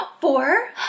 Four